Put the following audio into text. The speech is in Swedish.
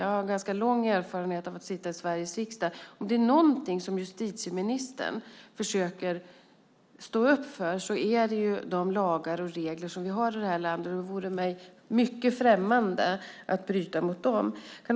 Jag har ganska lång erfarenhet av att sitta i Sveriges riksdag, och är det någonting som en justitieminister försöker stå upp för så är det de lagar och regler som vi har i det här landet. Det vore mig mycket främmande att bryta mot dem.